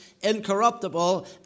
incorruptible